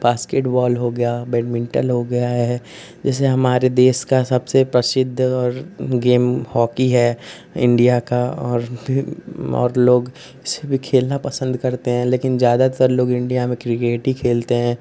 basketball हो गया badminton हो गया है जैसे हमारे देश का सबसे प्रसिद्ध और गेम हॉकी है इण्डिया का और भी और लोग इसे भी खेलना पसन्द करते हैं लेकिन ज़्यादातर लोग इण्डिया में क्रिकेट ही खेलते हैं